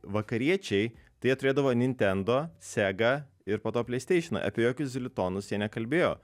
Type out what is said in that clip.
vakariečiai tai jie turėdavo nintendo sega ir po to pleisteišioną apie jokius zilitonus jie nekalbėjo